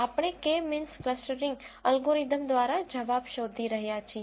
આપણે K means clustering algorithm દ્વારા જવાબ શોધી રહ્યા છીએ